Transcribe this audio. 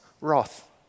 wrath